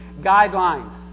guidelines